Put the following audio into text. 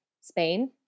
Spain